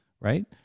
right